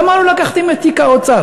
למה לא לקחתם את תיק האוצר?